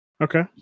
Okay